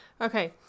Okay